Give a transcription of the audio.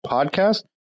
Podcast